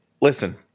listen